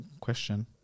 question